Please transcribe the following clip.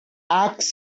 asked